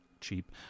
cheap